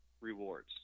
rewards